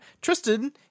Tristan